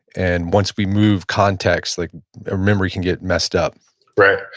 and once we move context, like our memory can get messed up right,